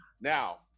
Now